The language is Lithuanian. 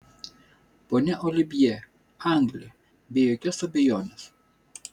ponia olivjė anglė be jokios abejonės